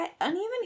uneven